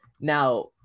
Now